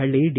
ಹಳ್ಳಿ ಡಿ